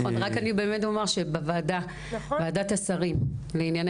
אני רק אומר שבוועדת השרים לענייני